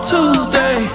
Tuesday